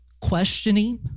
questioning